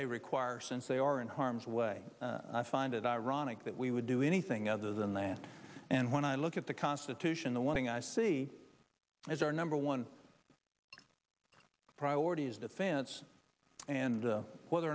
they require since they are in harm's way i find it ironic that we would do anything other than that and when i look at the constitution the one thing i see as our number one priority is defense and whether